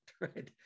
right